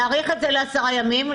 להאריך את זה בעשרה ימים.